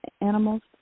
animals